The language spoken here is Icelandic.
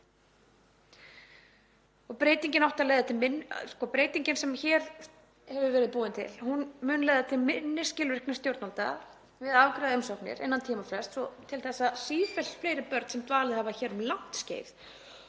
Breytingin sem hér hefur verið gerð mun leiða til minni skilvirkni stjórnvalda við að afgreiða umsóknir innan tímafrests og til þess að sífellt fleiri börn sem dvalið hafa hér um langt skeið